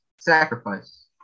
sacrifice